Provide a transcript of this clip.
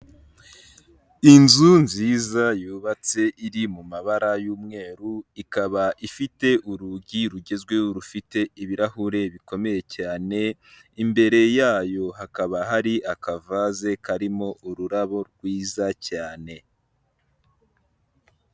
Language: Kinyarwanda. Inzu nziza yubatse iri mu mabara y'umweru, ikaba ifite urugi rugezweho, rufite ibirahure bikomeye cyane, imbere yayo hakaba hari akavaze karimo ururabo rwiza cyane.